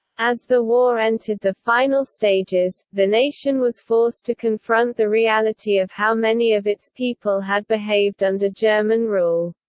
as the war entered the final stages, the nation was forced to confront the reality of how many of its people had behaved under german rule.